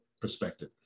perspective